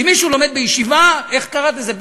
אם מישהו לומד בישיבה, איך קראת לזה?